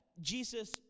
Jesus